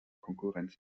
konkurrenz